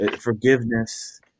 forgiveness